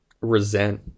resent